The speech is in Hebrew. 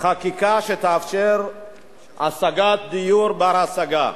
חקיקה שתאפשר השגת דיור בר-השגה.